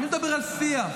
מי מדבר על שיח?